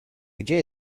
gdzie